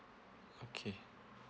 okay